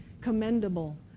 commendable